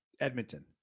Edmonton